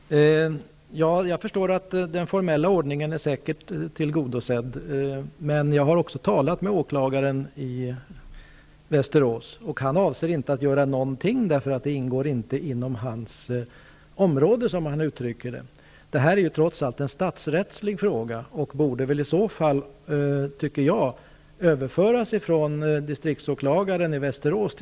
Fru talman! Jag förstår att de formella kraven är tillgodosedda -- det är de säkert. Men jag har också talat med åklagaren i Västerås, och han avser inte att göra någonting, därför att det inte är hans område, som han uttrycker det. Det här är ju trots allt en statsrättslig fråga och borde väl i så fall, tycker jag, överföras från distriktsåklagaren i